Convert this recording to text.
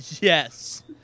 Yes